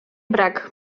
brak